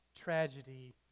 tragedy